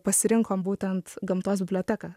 pasirinkom būtent gamtos biblioteką